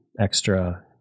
extra